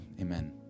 Amen